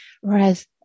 Whereas